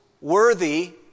worthy